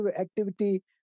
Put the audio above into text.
activity